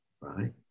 Right